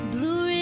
Blue